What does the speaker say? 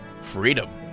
freedom